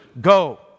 Go